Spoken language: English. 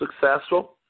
successful